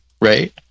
right